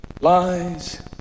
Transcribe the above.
lies